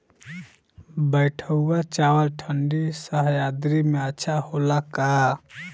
बैठुआ चावल ठंडी सह्याद्री में अच्छा होला का?